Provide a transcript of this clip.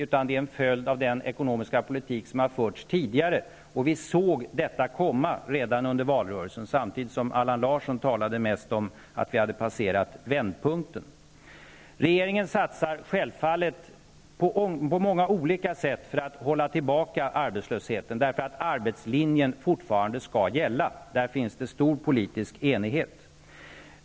Det är en följd av den ekonomiska politik som har förts tidigare. Vi såg detta komma redan under valrörelsen, samtidigt som Allan Larsson mest talade om att vi hade passerat vändpunkten. Regeringen satsar självfallet på många olika sätt för att hålla tillbaka arbetslösheten, eftersom arbetslinjen fortfarande skall gälla. Där finns det stor politisk enighet.